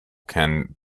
can